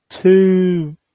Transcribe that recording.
Two